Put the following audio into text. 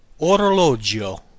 orologio